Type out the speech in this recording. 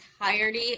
entirety